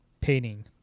painting